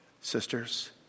sisters